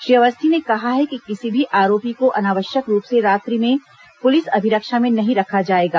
श्री अवस्थी ने कहा है कि किसी भी आरोपी को अनावश्यक रूप से रात्रि में पुलिस अभिरक्षा में नहीं रखा जाएगा